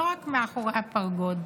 לא רק מאחורי הפרגוד,